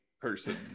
person